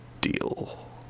deal